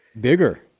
Bigger